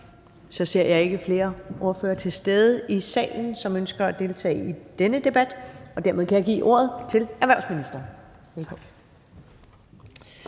Så ser jeg ikke flere ordførere til stede i salen, som ønsker at deltage i denne debat, og dermed kan jeg give ordet til erhvervsministeren. Velkommen.